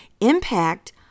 impact